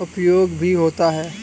उपयोग भी होता है